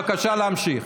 בבקשה להמשיך.